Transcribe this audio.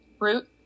Root